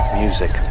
music,